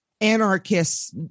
anarchists